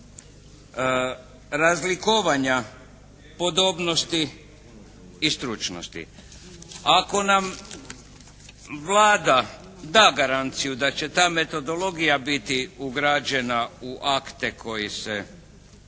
razlikovanja podobnosti i stručnosti. Ako nam Vlada da garanciju da će ta metodologija biti ugrađena u akte koji se,